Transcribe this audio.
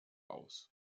aus